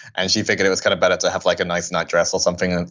and she figured it was kind of better to have like a nice night dress or something,